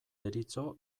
deritzo